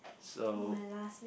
so